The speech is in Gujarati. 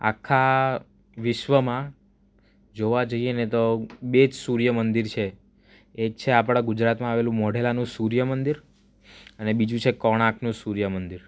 આખા વિશ્વમાં જોવા જઈએ ને તો બે જ સૂર્યમંદિર છે એક છે આપણા ગુજરાતમાં આવેલું મોઢેરાનું સૂર્યમંદિર અને બીજું છે કોર્ણાકનું સૂર્યમંદિર